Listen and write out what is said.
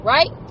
Right